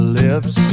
lips